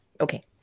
Okay